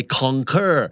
conquer